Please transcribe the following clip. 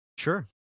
Sure